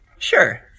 Sure